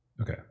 Okay